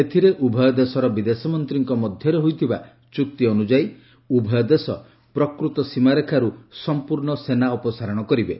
ଏଥିରେ ଉଭୟ ଦେଶର ବିଦେଶ ମନ୍ତ୍ରୀଙ୍କ ମଧ୍ୟରେ ହୋଇଥିବା ଚୁକ୍ତି ଅନୁଯାୟୀ ଉଭୟ ଦେଶ ପ୍ରକୃତ ସୀମା ରେଖାରୁ ସମ୍ପର୍ଣ୍ଣ ସେନା ଅପସାରଣ କରିବେ